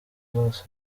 zose